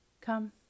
Come